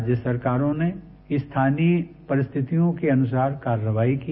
राज्य सरकारों ने स्थानीय परिस्थितियों के अनुसार कार्रवाई की